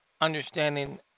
understanding